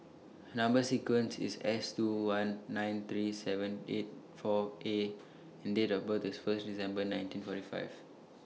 Number sequence IS S two one nine three seven eight four A and Date of birth IS First December nineteen forty five